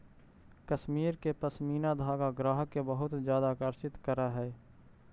कश्मीर के पशमीना धागा ग्राहक के बहुत ज्यादा आकर्षित करऽ हइ